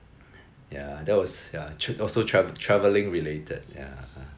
yeah that was yeah tr~ also travel travelling related yeah